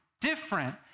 different